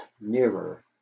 nearer